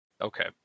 Okay